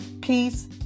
peace